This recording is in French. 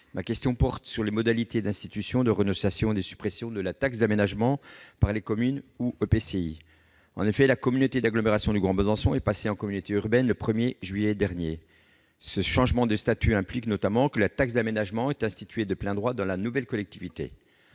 ma question porte sur les modalités d'institution, de renonciation et de suppression de la taxe d'aménagement par les communes ou EPCI. La communauté d'agglomération du Grand Besançon est passée en communauté urbaine le 1 juillet dernier. Ce changement de statut implique notamment que la taxe d'aménagement est instituée de plein droit dans la nouvelle collectivité.